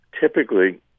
typically